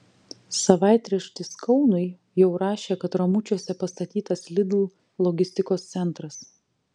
savaitraštis kaunui jau rašė kad ramučiuose pastatytas lidl logistikos centras